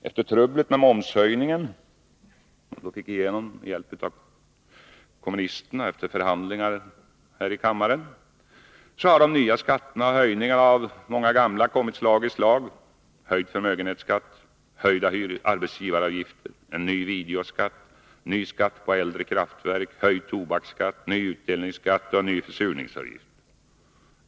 Efter trubblet med momshöjningen, som man fick igenom med hjälp av kommunisterna efter förhandlingar här i kammaren, har de nya skatterna och höjningarna av många gamla kommit slag i slag: höjd förmögenhetsskatt, höjda arbetsgivaravgifter, en ny videoskatt, ny skatt på äldre kraftverk, höjd tobaksskatt, ny utdelningsskatt och en ny försurningsavgift.